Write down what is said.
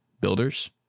builders